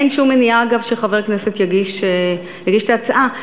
אין שום מניעה, אגב, שחבר כנסת יגיש את ההצעה.